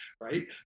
Right